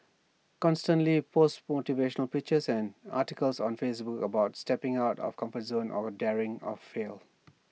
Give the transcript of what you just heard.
constantly post motivational pictures and articles on Facebook about stepping out of comfort zone or daring of fail